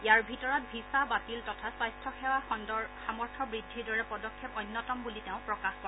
ইয়াৰে ভিতৰত ভিছা বাতিল তথা স্বাস্থ সেৱা খণ্ডৰ সামৰ্থ বৃদ্ধিৰ দৰে পদক্ষেপ অন্যতম বুলি তেওঁ প্ৰকাশ কৰে